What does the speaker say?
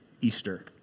Easter